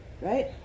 right